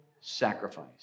sacrifice